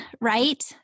right